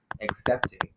accepting